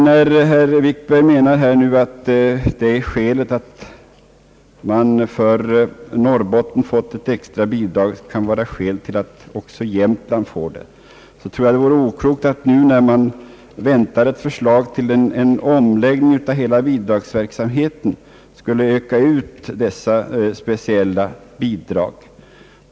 När herr Wikberg, med anledning av att Norrbottens län fått ett extra bidrag, menar att detta kan vara skäl för att också Jämtlands län får det, tror jag det vore oklokt att nu, när ett förslag till omläggning av hela bidragsverksamheten väntas, utöka dessa speciella bidrag.